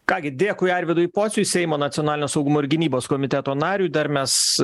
ką gi dėkui arvydui pociui seimo nacionalinio saugumo ir gynybos komiteto nariui dar mes